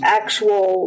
actual